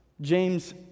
James